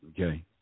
Okay